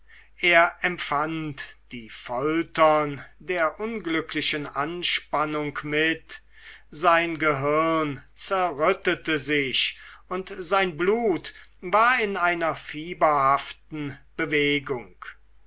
er empfand die foltern der unglücklichen anspannung mit sein gehirn zerrüttete sich und sein blut war in einer fieberhaften bewegung